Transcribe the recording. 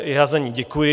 Já za ni děkuji.